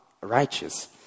righteous